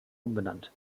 umbenannt